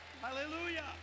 Hallelujah